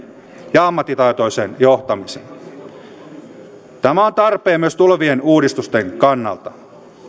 ja ammattitaitoisen johtamisen tämä on tarpeen myös tulevien uudistusten kannalta